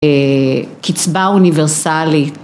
קצבה אוניברסלית